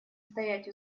стоять